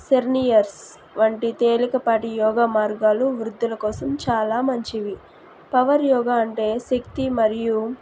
seniors వంటి తేలికపాటి యోగా మార్గాలు వృద్ధుల కోసం చాలా మంచివి పవర్ యోగా అంటే శక్తి మరియు